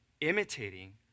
imitating